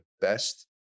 best